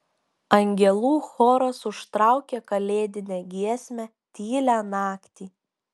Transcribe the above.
angelų choras užtraukė kalėdinę giesmę tylią naktį